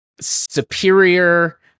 superior